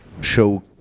show